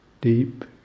deep